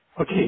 Okay